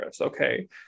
okay